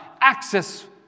access